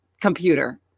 computer